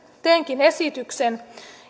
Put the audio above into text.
teenkin esityksen